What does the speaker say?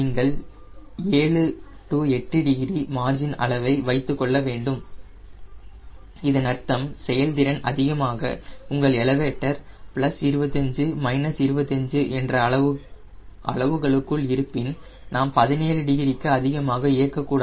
நீங்கள் 7 8 degree margin அளவை வைத்துக் கொள்ள வேண்டும் இதன் அர்த்தம் செயல் திறன் அதிகமாக உங்கள் எலவேட்டர் பிளஸ் 25 மைனஸ் 25 என்ற அளவுகளுக்குள் இருப்பின் நாம் 17 டிகிரிக்கு அதிகமாக இயக்கக் கூடாது